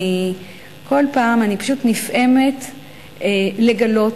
אני כל פעם פשוט נפעמת לגלות,